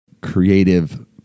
creative